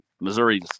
Missouri